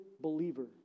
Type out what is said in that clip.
Believer